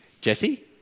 Jesse